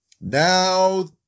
now